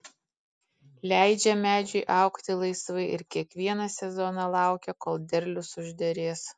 leidžia medžiui augti laisvai ir kiekvieną sezoną laukia kol derlius užderės